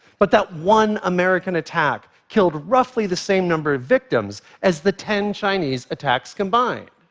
but that one american attack killed roughly the same number of victims as the ten chinese attacks combined.